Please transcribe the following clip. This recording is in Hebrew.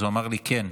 אז הוא אמר לי כן,